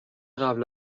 قبل